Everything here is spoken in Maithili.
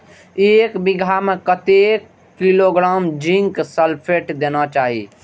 एक बिघा में कतेक किलोग्राम जिंक सल्फेट देना चाही?